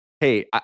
hey